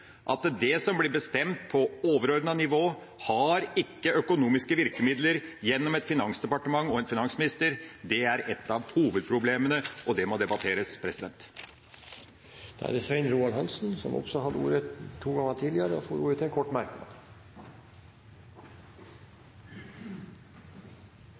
at for det som blir bestemt på overordnet nivå, har man ikke økonomiske virkemidler gjennom et finansdepartement og en finansminister. Det er et av hovedproblemene, og det må debatteres. Svein Roald Hansen har hatt ordet to ganger tidligere og får ordet til en kort merknad,